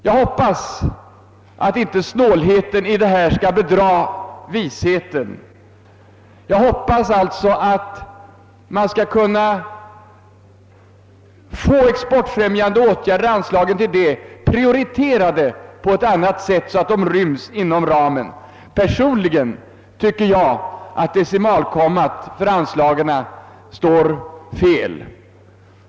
Jag hoppas att inte snålheten i detta fall kommer att bedra visheten utan att anslagen till exportfrämjande åtgärder prioriteras 'så att de ryms inom ramen. Personligen tycker jag att decimalkommat för anslagen står fel.